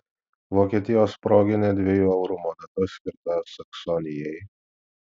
vokietijos proginė dviejų eurų moneta skirta saksonijai